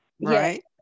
Right